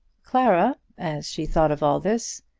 clara, as she thought of all this,